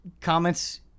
comments